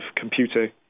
computer